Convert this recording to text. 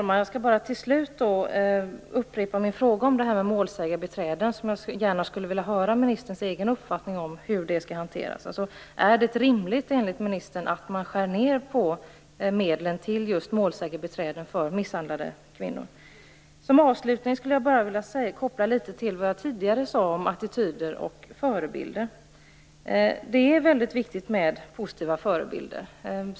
Herr talman! Till slut upprepar jag min fråga om målsägandebiträden där jag gärna skulle vilja höra ministerns egen uppfattning om hur det skall hanteras. Är det rimligt enligt ministern att skära ned på medlen till just målsägandebiträden för misshandlade kvinnor? Som avslutning vill jag anknyta litet grand till det som jag tidigare sade om attityder och förebilder. Det är väldigt viktigt med positiva förebilder.